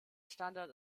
standard